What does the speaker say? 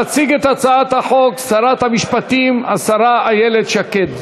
תציג את הצעת החוק שרת המשפטים איילת שקד.